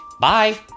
Bye